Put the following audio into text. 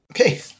Okay